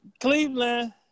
Cleveland